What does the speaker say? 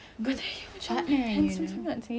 good appearance